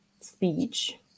speech